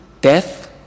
death